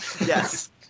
Yes